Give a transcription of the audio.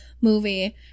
movie